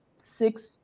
six